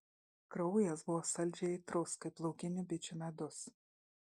kraujas buvo saldžiai aitrus kaip laukinių bičių medus